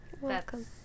welcome